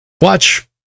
watch